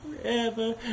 forever